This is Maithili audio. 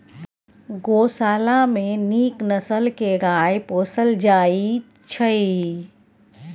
गोशाला मे नीक नसल के गाय पोसल जाइ छइ